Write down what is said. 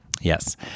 Yes